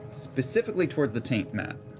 specifically toward the taint, matt.